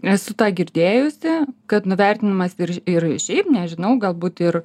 esu tą girdėjusi kad nuvertinimas ir ir šiaip nežinau galbūt ir